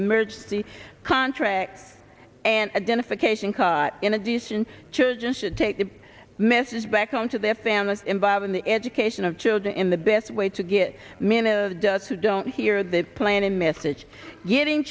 emergency contract and then if occasion caught in addition children should take the message back home to their families involved in the education of children in the best way to get mina does who don't hear the plan a message getting